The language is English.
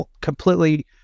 completely